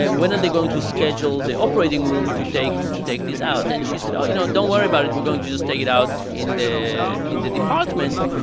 when are they going to schedule the operating room to take to take these out? and she said, oh, you know, don't worry about it. we're going to just take it out in the in the department.